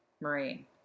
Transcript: Marine